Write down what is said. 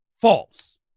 false